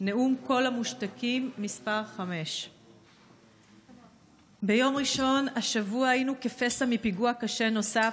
נאום קול המושתקים מס' 5. ביום ראשון השבוע היינו כפסע מפיגוע קשה נוסף.